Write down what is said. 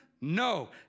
No